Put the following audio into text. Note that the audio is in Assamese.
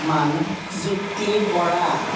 মানস জ্যোতি বৰা